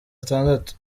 atandatu